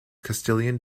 castilian